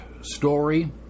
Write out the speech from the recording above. story